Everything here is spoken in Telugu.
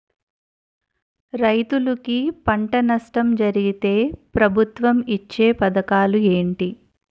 రైతులుకి పంట నష్టం జరిగితే ప్రభుత్వం ఇచ్చా పథకాలు ఏంటి?